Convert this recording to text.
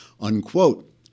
unquote